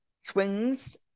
swings